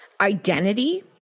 identity